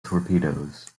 torpedoes